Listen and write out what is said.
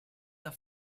the